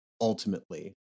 Ultimately